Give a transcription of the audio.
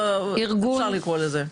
אפשר לקרוא לזה.